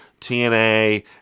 TNA